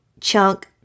chunk